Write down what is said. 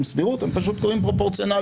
סבירות הם פשוט קוראים פרופורציונליות,